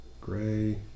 Gray